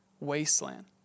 wasteland